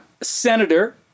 Senator